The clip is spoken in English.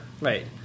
Right